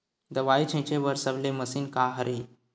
दवाई छिंचे बर सबले मशीन का हरे?